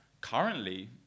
Currently